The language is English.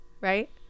Right